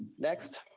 next,